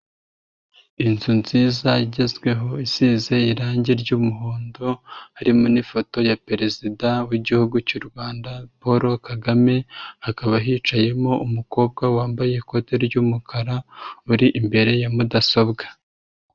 Inzu nziza igezweho isize irangi ry'umuhondo, harimo n'ifoto ya perezida w'igihugu cy'u Rwanda, Paul Kagame, hakaba yicayemo umukobwa wambaye ikote ry'umukara, uri imbere ya mudasobwa.